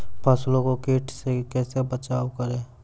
फसलों को कीट से कैसे बचाव करें?